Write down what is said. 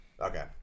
Okay